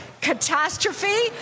catastrophe